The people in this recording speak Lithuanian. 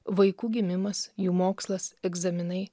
vaikų gimimas jų mokslas egzaminai